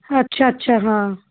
अच्छा अच्छा हाँ